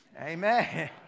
Amen